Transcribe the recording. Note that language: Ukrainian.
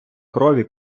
крові